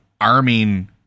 arming